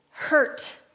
hurt